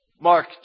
Mark